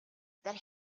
that